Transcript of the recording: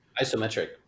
isometric